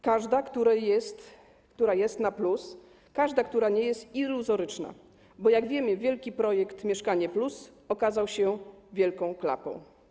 Każda, która jest na plus, każda, która nie jest iluzoryczna, bo jak wiemy, wielki projekt „Mieszkanie+” okazał się wielką klapą.